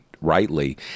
rightly